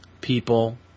people